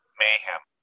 mayhem